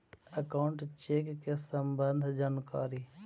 Account check के सम्बन्ध जानकारी?